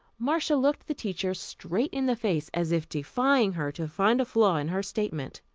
marcia looked the teacher straight in the face, as if defying her to find a flaw in her statement.